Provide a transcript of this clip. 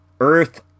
Earth